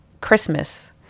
Christmas